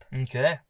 Okay